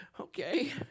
Okay